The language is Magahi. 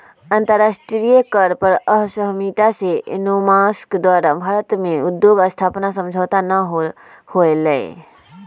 अंतरराष्ट्रीय कर पर असहमति से एलोनमस्क द्वारा भारत में उद्योग स्थापना समझौता न होलय